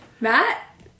Matt